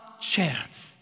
chance